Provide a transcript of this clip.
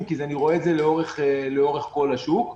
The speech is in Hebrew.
כי אני רואה את זה לאורך כל השוק.